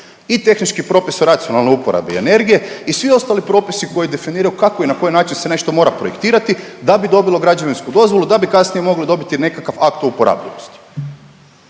i tehnički propis o racionalnoj uporabi energije i svi ostali propisi koji definiraju kako i na koji način se nešto mora projektirati da bi dobilo građevinsku dozvolu, da bi kasnije mogli dobiti nekakav akt o uporabljivosti.